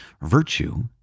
virtue